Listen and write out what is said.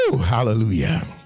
Hallelujah